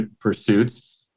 pursuits